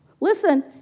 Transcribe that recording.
listen